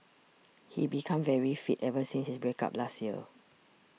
he became very fit ever since his break up last year